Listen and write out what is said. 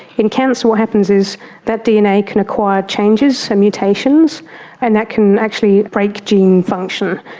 in cancer what happens is that dna can acquire changes and mutations and that can actually break gene function,